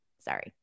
Sorry